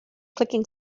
clicking